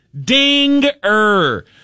Dinger